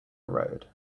road